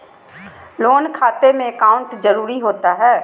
Loan खाते में account जरूरी होता है?